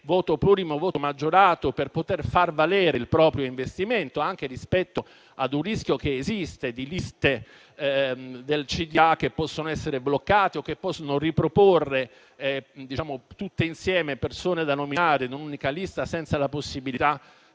voto plurimo e maggiorato per poter far valere il proprio investimento, anche rispetto a un rischio che esiste di liste del CDA che possono essere bloccate o riproporre tutte insieme persone da nominare in un'unica lista senza la possibilità